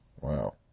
Wow